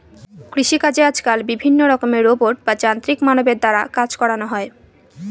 কৃষিকাজে আজকাল বিভিন্ন রকমের রোবট বা যান্ত্রিক মানবের দ্বারা কাজ করানো হয়